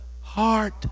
heart